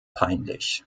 peinlich